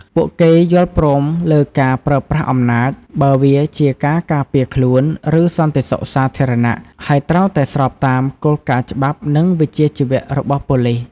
ពួកគេ យល់ព្រមលើការប្រើប្រាស់អំណាច បើវាជាការការពារខ្លួន ឬសន្តិសុខសាធារណៈ ហើយត្រូវតែស្របតាមគោលការណ៍ច្បាប់ និងវិជ្ជាជីវៈរបស់ប៉ូលីស។